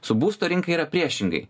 su būsto rinka yra priešingai